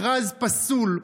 מכרז פסול,